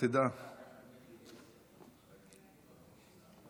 אני מודיע שהצעת ועדת החוץ והביטחון בדבר פיצול הצעת חוק